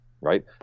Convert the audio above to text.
right